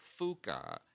Fuka